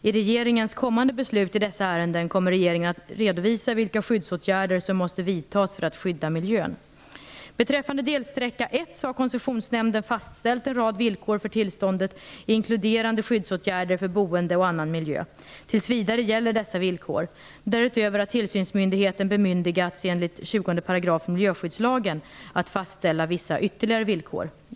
I regeringens kommande beslut i dessa ärenden kommer regeringen att redovisa vilka skyddsåtgärder som måste vidtas för att skydda miljön. Beträffande delsträcka 1 har Koncessionsnämnden fastställt en rad villkor för tillståndet inkluderande skyddsåtgärder för boendemiljö och annan miljö. Tills vidare gäller dessa villkor. Därutöver har tillsynsmyndigheten bemyndigats enligt 20 § miljöskyddslagen att fastställa vissa ytterligare villkor.